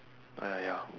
ah ya ya